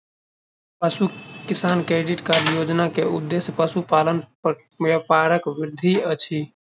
पशु किसान credit card योजना के उद्देश्य पशुपालन व्यापारक वृद्धि अछि